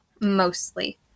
mostly